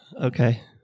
okay